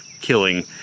killing